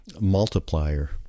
multiplier